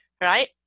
right